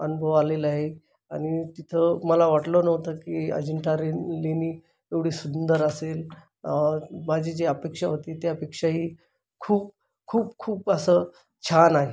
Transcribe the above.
अनुभव आलेला आहे आणि तिथं मला वाटलं नव्हतं की अजिंठा रेन लेणी एवढी सुंदर असेल माझी जी अपेक्षा होती ती अपेक्षा ही खूप खूप खूप असं छान आहे